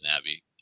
Abbey